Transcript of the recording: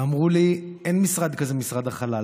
אמרו לי: אין משרד כזה משרד החלל,